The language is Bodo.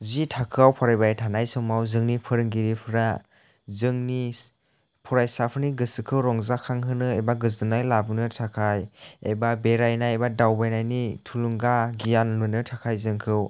जि थाखोआव फरायबाय थानाय समाव जोंनि फोरोंगिरिफोरा जोंनि फरायसाफोरनि गोसोखौ रंजाखांहोनो एबा गोजोननाय लाबोनो थाखाय एबा बेरायनाय बा दावबायनायनि थुलुंगा गियान मोननो थाखाय जोंखौ